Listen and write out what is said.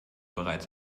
bereits